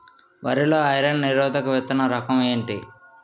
వరి లో ఐరన్ నిరోధక విత్తన రకం ఏంటి?